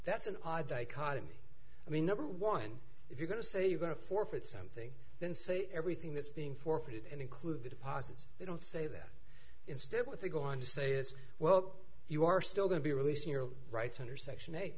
that's an odd dichotomy i mean number one if you're going to say you're going to forfeit something then say everything that's being forfeited and include the deposits they don't say that instead what they go on to say is well you are still going to be releasing your rights under section eight